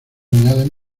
añaden